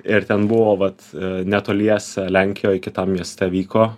ir ten buvo vat netoliese lenkijoj kitam mieste vyko